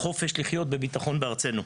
החופש לחיות בביטחון בארצנו.